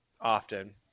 often